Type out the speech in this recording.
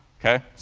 ok?